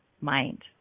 mind